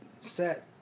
set